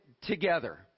together